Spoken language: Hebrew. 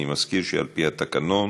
אני מזכיר שעל-פי התקנון